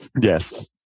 Yes